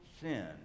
sin